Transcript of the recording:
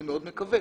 אני מאוד מקווה.